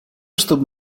чтобы